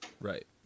Right